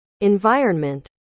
environment